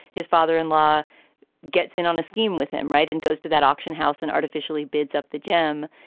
his father in law gets in on a scheme with him. right. and goes to that auction house and artificially bids up the gem.